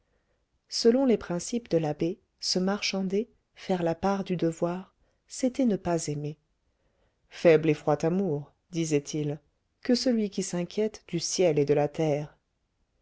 selon les principes de l'abbé se marchander faire la part du devoir c'était ne pas aimer faible et froid amour disait-il que celui qui s'inquiète du ciel et de la terre